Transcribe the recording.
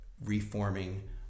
reforming